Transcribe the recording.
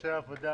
דורשי עבודה,